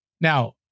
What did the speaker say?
Now